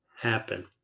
happen